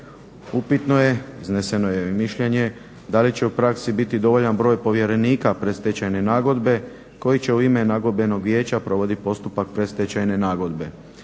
Upitno je izneseno je mišljenje da li će u praksi biti dovoljan broj povjerenika predstečajne nagodbe koji će u ime nagodbenog vijeća provoditi postupak predstečajne nagodbe.